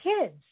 kids